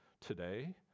today